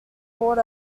called